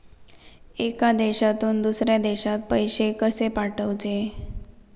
एका देशातून दुसऱ्या देशात पैसे कशे पाठवचे?